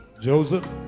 Joseph